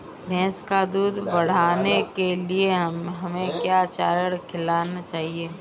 भैंस का दूध बढ़ाने के लिए हमें क्या चारा खिलाना चाहिए?